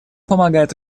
помогает